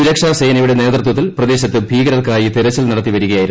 സുരക്ഷാസേനയുടെ നേതൃത്വത്തിൽ പ്രദേശത്ത് ഭീകരർക്കായി തെരച്ചിൽ നടത്തിവരികയായിരുന്നു